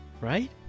right